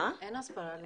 אין הסברה לזה.